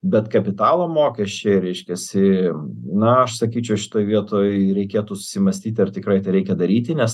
bet kapitalo mokesčiai reiškiasi na aš sakyčiau šitoj vietoj reikėtų susimąstyti ar tikrai reikia daryti nes